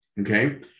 okay